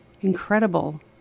incredible